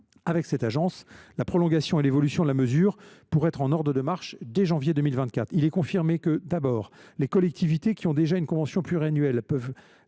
ont préparé la prolongation et l’évolution de la mesure, pour être en ordre de marche dès janvier 2024. Il est confirmé, tout d’abord, que les collectivités qui ont déjà passé une convention pluriannuelle peuvent